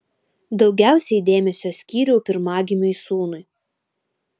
daugiausiai dėmesio skyriau pirmagimiui sūnui